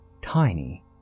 tiny